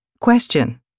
Question